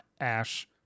Ash